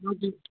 हजुर